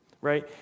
right